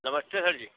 नमस्ते सर जी